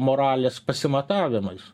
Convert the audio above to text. moralės pasimatavimais